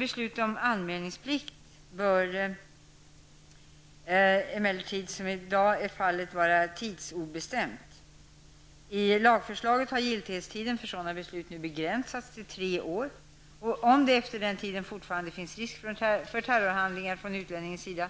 Beslutet om anmälningsplikt bör emellertid inte heller som i dag vara tidsobestämt. I lagförslaget har giltighetstiden för sådana beslut begränsats till tre år. Om det efter den tiden fortfarande föreligger risk för terrorhandlingar från utlänningens sida